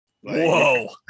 whoa